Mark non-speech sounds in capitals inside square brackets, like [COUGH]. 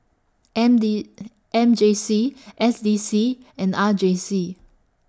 M D [HESITATION] M J C S D C and R J C